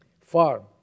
Farm